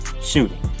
Shooting